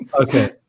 Okay